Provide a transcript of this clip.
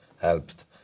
helped